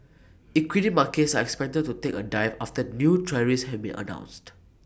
equity markets are expected to take A dive after new tariffs have been announced